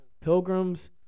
pilgrims